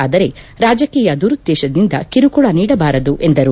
ಆದರೆ ರಾಜಕೀಯ ದುರುದ್ದೇಶದಿಂದ ಕಿರುಕುಳ ನೀಡಬಾರದು ಎಂದರು